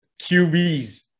QBs